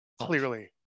Clearly